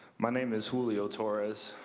my name is julio torez.